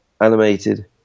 animated